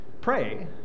pray